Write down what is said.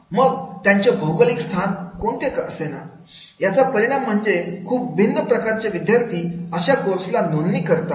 मग त्यांचे भौगोलिक स्थान कोणते का असेना याचा परिणाम म्हणजे खूप भिन्न प्रकारचे विद्यार्थी अशा कोर्सला नोंदणी करतात